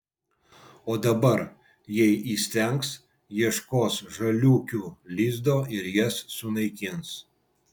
o dabar jei įstengs ieškos žaliūkių lizdo ir jas sunaikins